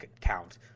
count